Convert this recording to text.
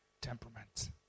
temperament